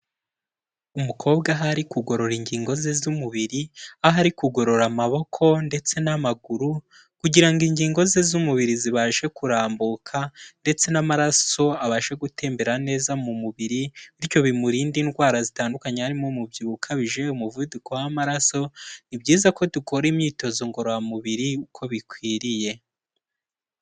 Umukobwa aho ari kugorora ingingo ze z'umubiri, aho ari kugorora amaboko ndetse n'amaguru, kugira ngo ingingo ze z'umubiri zibashe kurambuka, ndetse n'amaraso abashe gutembera neza mu mubiri, bityo bimurinde indwara zitandukanye harimo umubyibuho ukabije, umuvuduko w'amaraso, ni byiza ko dukora imyitozo ngororamubiri uko bikwiriye.